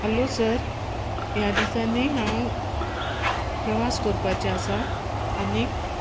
hello sir ह्या दिसांनी हांव प्रवास करपाचें आसा आनीक